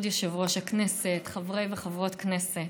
כבוד יושב-ראש הכנסת, חברי וחברות כנסת,